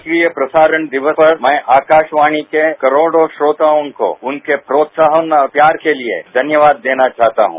राष्ट्रीय प्रसारण दिवस पर मैं आकाशवाणी के करोडों श्रोताओं को उनके प्रोत्साहन और प्यार के लिए घन्यवाद देना चाहता हूं